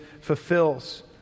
fulfills